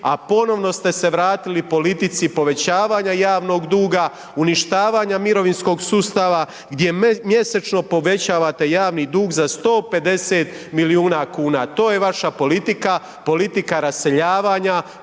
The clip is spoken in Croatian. a ponovno ste se vratili politici povećavanja javnog duga, uništavanja mirovinskog sustava gdje mjesečno povećavate javni dug za 150 milijuna kuna. To je vaša politika, politika raseljavanja,